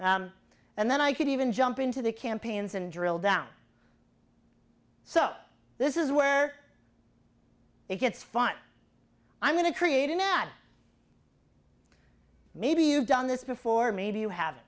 and then i could even jump into the campaigns and drill down so this is where it gets fun i'm going to create an ad maybe you've done this before maybe you have it